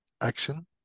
action